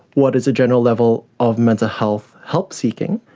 what is the general level of mental health help seeking,